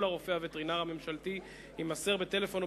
לרופא הווטרינר הממשלתי יימסר בטלפון או